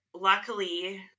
Luckily